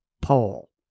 pole